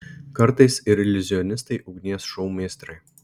kartais ir iliuzionistai ugnies šou meistrai